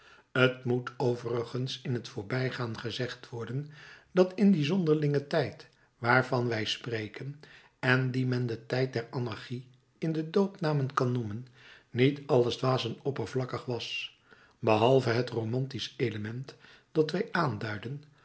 t moet overigens in t voorbijgaan gezegd worden dat in dien zonderlingen tijd waarvan wij spreken en dien men den tijd der anarchie in de doopnamen kan noemen niet alles dwaas en oppervlakkig was behalve het romantisch element dat wij aanduidden